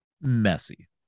messy